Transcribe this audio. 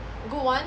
good [one]